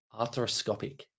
arthroscopic